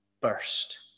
burst